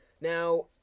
Now